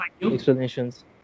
explanations